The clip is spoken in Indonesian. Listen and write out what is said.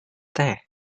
teh